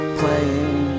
playing